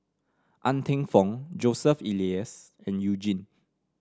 Ng Teng Fong Joseph Elias and You Jin